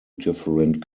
different